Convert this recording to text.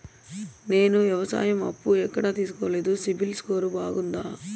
నేను వ్యవసాయం అప్పు ఎక్కడ తీసుకోలేదు, సిబిల్ స్కోరు బాగుందా?